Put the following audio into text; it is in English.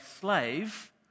slave